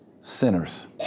sinners